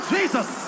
Jesus